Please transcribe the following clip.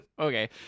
Okay